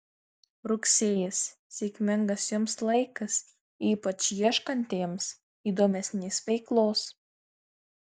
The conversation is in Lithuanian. rugsėjis sėkmingas jums laikas ypač ieškantiems įdomesnės veiklos